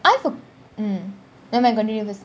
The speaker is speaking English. I f~ mm nevermind continue first